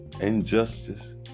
injustice